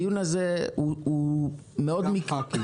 הדיון הזה הוא --- גם ח"כים.